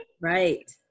Right